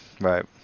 right